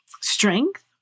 strength